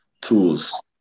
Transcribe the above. Tools